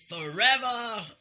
forever